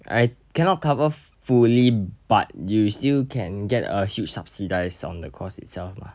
I cannot cover fully but you still can get a huge subsidize on the cost itself lah